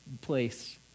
place